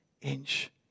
inch